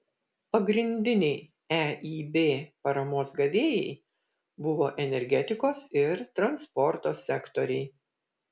pagrindiniai eib paramos gavėjai buvo energetikos ir transporto sektoriai